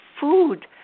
food